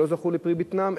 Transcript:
כשלא זכו לפרי בטנם,